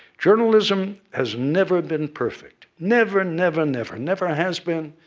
journalism has never been perfect never, never, never. never has been,